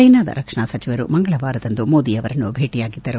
ಚೈನಾದ ರಕ್ಷಣಾ ಸಚಿವರು ಮಂಗಳವಾರದಂದು ಮೋದಿ ಅವರನ್ನು ಭೇಟಿಯಾಗಿದ್ದರು